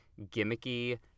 gimmicky